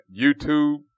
YouTube